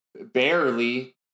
barely